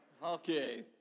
Okay